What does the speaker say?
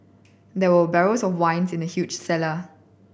there were barrels of wine in the huge cellar